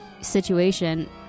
situation